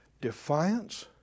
Defiance